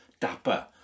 dapper